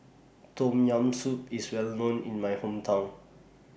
Tom Yam Soup IS Well known in My Hometown